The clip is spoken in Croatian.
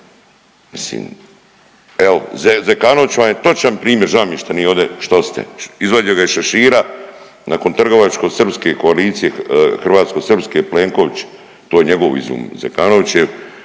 Zekanović vam je točan primjer žao mi je što nije ovdje, što ste izvadio ga iz šešira nakon trgovačko srpske koalicije hrvatsko srpske Plenković to je njegov izum. Zekanović